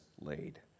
laid